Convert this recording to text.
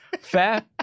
Fair